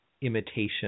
imitation